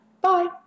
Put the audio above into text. Bye